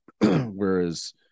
Whereas